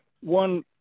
one